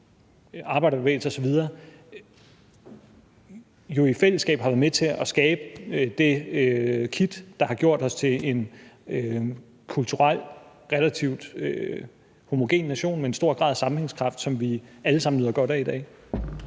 arbejderbevægelsen osv. – jo i fællesskab har været med til at skabe det kit, der har gjort os til en kulturelt relativt homogen nation med en stor grad af sammenhængskraft, som vi alle sammen nyder godt af i dag.